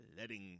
letting